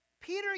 Peter